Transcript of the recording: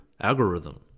algorithm